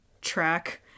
track